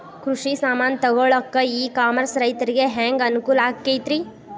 ಕೃಷಿ ಸಾಮಾನ್ ತಗೊಳಕ್ಕ ಇ ಕಾಮರ್ಸ್ ರೈತರಿಗೆ ಹ್ಯಾಂಗ್ ಅನುಕೂಲ ಆಕ್ಕೈತ್ರಿ?